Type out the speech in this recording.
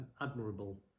admirable